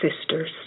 sisters